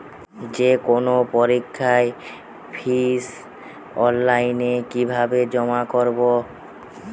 যে কোনো পরীক্ষার ফিস অনলাইনে কিভাবে জমা করব?